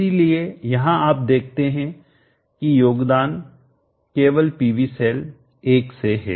इसलिए यहाँ आप देखते हैं कि योगदान केवल PV सेल 1 से है